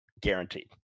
Guaranteed